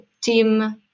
team